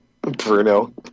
Bruno